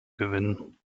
gewinnen